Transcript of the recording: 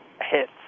hits